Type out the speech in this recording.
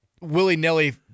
willy-nilly